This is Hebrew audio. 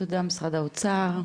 תודה משרד האוצר.